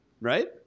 right